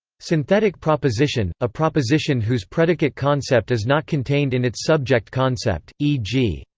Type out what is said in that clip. synthetic proposition a proposition whose predicate concept is not contained in its subject concept e g,